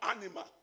animal